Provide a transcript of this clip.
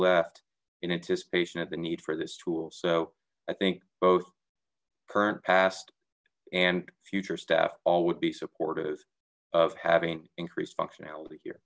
left in anticipation of the need for this tool so i think both current past and future staff all would be supportive of having increased functionality here